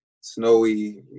snowy